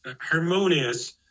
harmonious